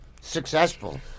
successful